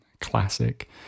classic